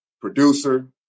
producer